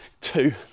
two